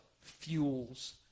fuels